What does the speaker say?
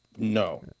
no